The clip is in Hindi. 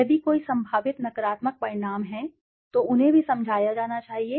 यदि कोई संभावित नकारात्मक परिणाम हैं तो उन्हें भी समझाया जाना चाहिए